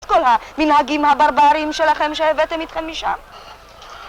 את כל המנהגים הברברים שלכם שהבאתם איתכם משם